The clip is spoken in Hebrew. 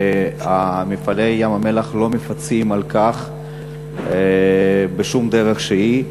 ו"מפעלי ים-המלח" לא מפצים על כך בשום דרך שהיא.